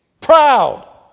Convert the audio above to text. proud